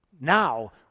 now